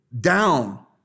down